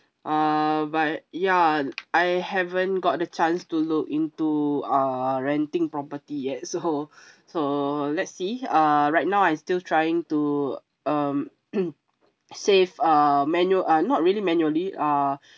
err but ya I haven't got the chance to look into uh renting property yet so so let's see uh right now I still trying to um save uh manual err not really manually uh